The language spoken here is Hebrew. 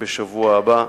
בשבוע הבא.